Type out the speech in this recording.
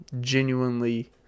genuinely